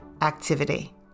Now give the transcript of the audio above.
activity